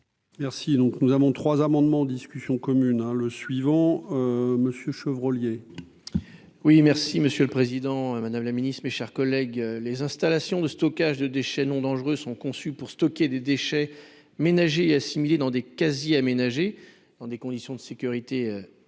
donc, nous avons trois amendements en discussion commune le suivant monsieur Chevreau. Oui, merci Monsieur le Président, Madame la Ministre, mes chers collègues, les installations de stockage de déchets non dangereux sont conçus pour stocker des déchets ménagers et assimilés dans des quasi-aménagés dans des conditions de sécurité optimisée